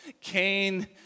Cain